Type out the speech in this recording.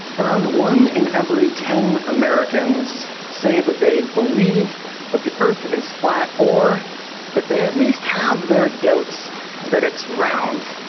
around one in every ten americans say that they believe that the earth is flat or that they at least have their doubts that it's round.